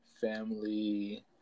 family